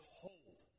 hold